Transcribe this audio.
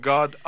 God